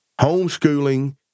Homeschooling